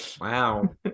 Wow